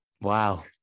Wow